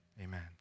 Amen